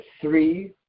three